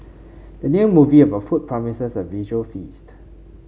the new movie about food promises a visual feast